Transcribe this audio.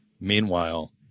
Meanwhile